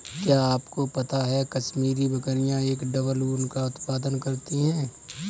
क्या आपको पता है कश्मीरी बकरियां एक डबल ऊन का उत्पादन करती हैं?